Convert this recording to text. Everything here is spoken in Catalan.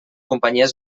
companyies